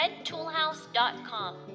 redtoolhouse.com